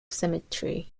symmetry